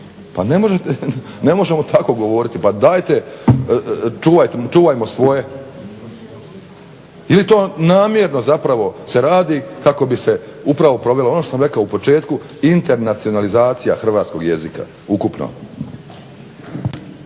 pa ne možemo tako govoriti. Pa dajte čuvajte, čuvajmo svoje. Ili to namjerno zapravo se radi kako bi se upravo provelo ono što sam rekao u početku internacionalizacija hrvatskog jezika, ukupno.